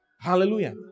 Hallelujah